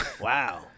Wow